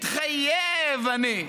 מתחייב אני,